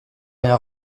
rien